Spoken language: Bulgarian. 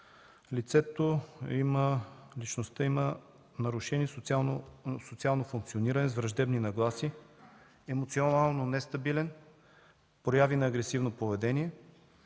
Личността има нарушено социално функциониране с враждебни нагласи, емоционално е нестабилен, има прояви на агресивно поведение